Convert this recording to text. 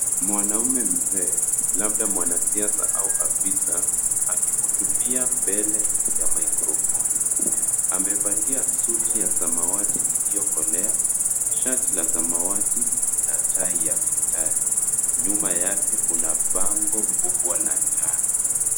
Mwanaume mzee, labda mwanasiasa au afisa, akihutubia mbele ya maikrofoni. Amevalia suti ya samawati iliyokolea, shati la samawati, na tai ya mistari. Nyuma yake kuna bango kubwa la njano.